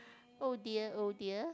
oh dear oh dear